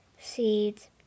seeds